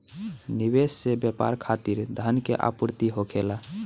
निवेश से व्यापार खातिर धन के आपूर्ति होखेला